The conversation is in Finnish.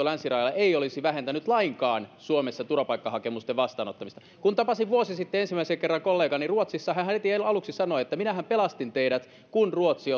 länsirajalla ei olisi vähentänyt lainkaan suomessa turvapaikkahakemusten vastaanottamista kun tapasin vuosi sitten ensimmäisen kerran kollegani ruotsissa hän heti aluksi sanoi että minähän pelastin teidät kun ruotsi